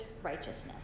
righteousness